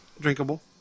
drinkable